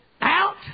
Out